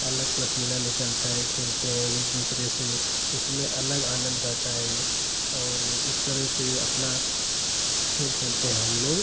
अलग पसीना निकलता है खेलते हैं एक दूसरे से उसमे अलग आनंद रहता है और इस तरह से अपना खेल खेलते हैं हम लोग